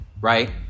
right